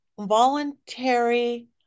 voluntary